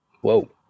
Whoa